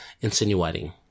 insinuating